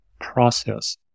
process